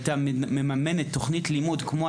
לא קורה מצב כמו מה